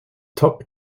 top